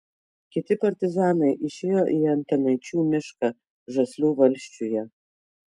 kiti partizanai išėjo į antanaičių mišką žaslių valsčiuje